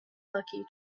lucky